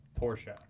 Porsche